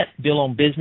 billonbusiness